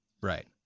Right